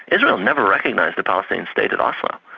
israel's never recognised a palestinian state at oslo.